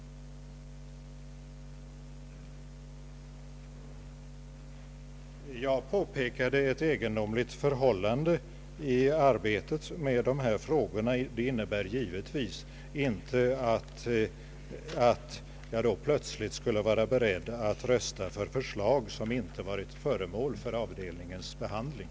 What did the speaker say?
Jag påpekade ett egendomligt förhållande i arbetet med dessa frågor. Det innebär givetvis inte att jag plötsligt skulle vara beredd att rösta för förslag som inte varit föremål för avdelningens behandling.